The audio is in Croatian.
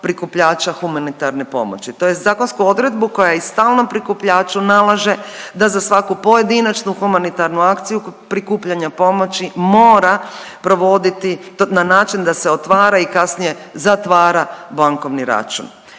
prikupljača humanitarne pomoći. To je zakonsku odredbu koja i stalnom prikupljaču nalaže da za svaku pojedinačnu humanitarnu akciju prikupljanja pomoći mora provoditi na način da se otvara i kasnije zatvara bankovni račun.